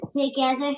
together